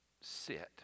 sit